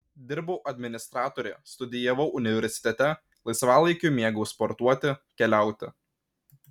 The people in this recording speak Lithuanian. dirbau administratore studijavau universitete laisvalaikiu mėgau sportuoti keliauti